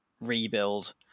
rebuild